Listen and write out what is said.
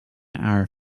our